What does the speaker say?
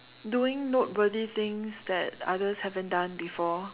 doing noteworthy things that others haven't done before